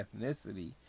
ethnicity